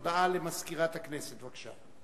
הודעה למזכירת הכנסת, בבקשה.